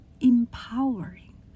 empowering